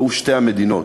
והוא שתי המדינות,